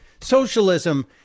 socialism